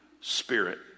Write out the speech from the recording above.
spirit